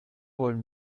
wollen